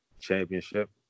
championship